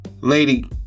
Lady